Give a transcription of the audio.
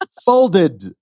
Folded